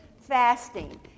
fasting